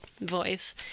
voice